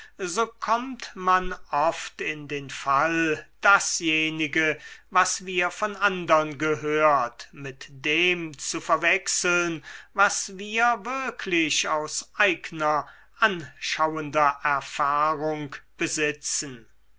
so kommt man oft in den fall dasjenige was wir von andern gehört mit dem zu verwechseln was wir wirklich aus eigner anschauender erfahrung besitzen